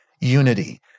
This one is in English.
unity